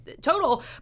total